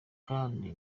kandi